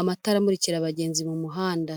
amatara amurikira abagenzi mu muhanda.